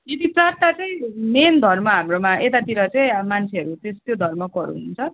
यति चारवटा चाहिँ मेन धर्म हाम्रोमा यतातिर चाहिँ मान्छेहरू त्यो त्यो धर्मकोहरू हुनुहुन्छ